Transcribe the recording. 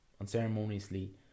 unceremoniously